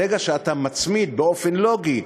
ברגע שאתה מצמיד, באופן לוגי,